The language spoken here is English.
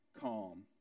calm